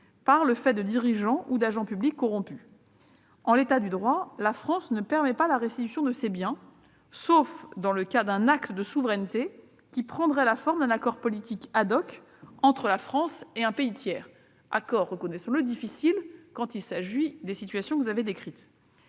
par des dirigeants ou des agents publics corrompus. L'état du droit ne permet pas la restitution de ces biens, sauf dans le cas d'un acte de souveraineté, qui prendrait la forme d'un accord politique entre la France et un pays tiers- accord difficile, reconnaissons-le, quand il s'agit des situations que vous avez décrites.